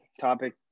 topic